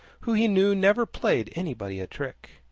who, he knew, never played anybody a trick.